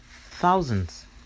thousands